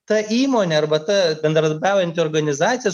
ta įmonė arbata bendradarbiaujanti organizacija